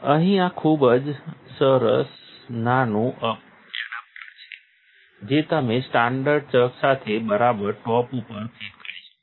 અહીં આ ખૂબ જ સરસ નાનું એડેપ્ટર છે જે તમે સ્ટાન્ડર્ડ ચક સાથે બરાબર ટોપ ઉપર ફિટ કરી શકો છો